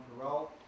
parole